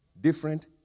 Different